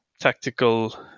tactical